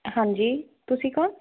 ਹਾਂਜੀ ਤੁਸੀਂ ਕੌਣ